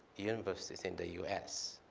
universities in the us,